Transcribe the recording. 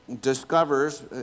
discovers